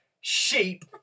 Sheep